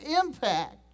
impact